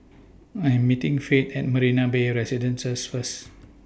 I Am meeting Faith At Marina Bay Residences First